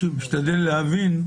אני פשוט משתדל להבין,